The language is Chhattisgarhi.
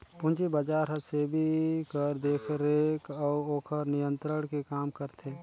पूंजी बजार हर सेबी कर देखरेख अउ ओकर नियंत्रन में काम करथे